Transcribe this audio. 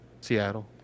Seattle